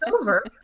over